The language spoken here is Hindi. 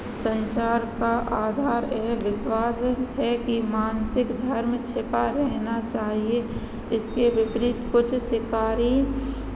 संचार का आधार यह विश्वास है कि मासिक धर्म छिपा रहना चाहिए इसके विपरीत कुछ शिकारी